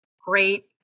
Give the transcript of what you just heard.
great